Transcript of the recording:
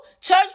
church